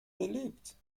beliebt